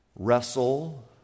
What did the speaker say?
Wrestle